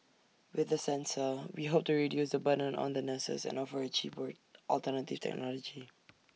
with the sensor we hope to reduce the burden on the nurses and offer A cheaper alternative technology